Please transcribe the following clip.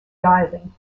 diving